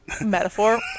metaphor